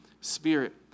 Spirit